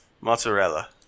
Mozzarella